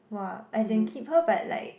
!wah! as in keep her but like